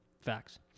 Facts